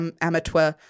amateur